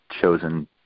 chosen